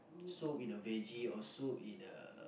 soup in a veggie or soup in a